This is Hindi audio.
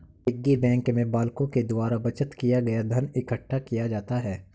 पिग्गी बैंक में बालकों के द्वारा बचत किया गया धन इकट्ठा किया जाता है